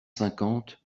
cinquante